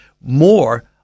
more